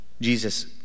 Jesus